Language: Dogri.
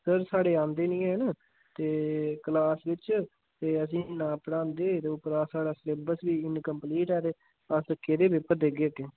सर साढ़े आंदे नेईं हैन ते क्लास बिच्च ते असेंई ना पढ़ांदे ते उप्परा साढ़ा सलेबस बी इन कंपलीट ऐ ते अस केह्दे पेपर देगे अग्गें